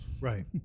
Right